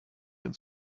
den